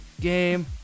game